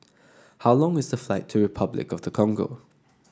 how long is the flight to Repuclic of the Congo